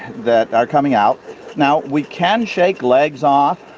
that are coming out now we can shake legs off,